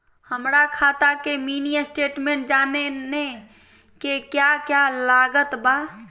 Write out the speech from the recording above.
हमरा खाता के मिनी स्टेटमेंट जानने के क्या क्या लागत बा?